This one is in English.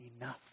enough